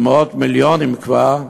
במאות מיליונים כבר,